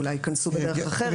אולי הם ייכנסו בדרך אחרת.